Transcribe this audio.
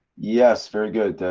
yes, very good.